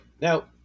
Now